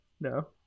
No